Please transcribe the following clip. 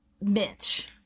Mitch